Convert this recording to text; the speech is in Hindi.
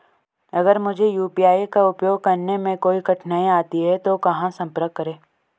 अगर मुझे यू.पी.आई का उपयोग करने में कोई कठिनाई आती है तो कहां संपर्क करें?